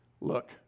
look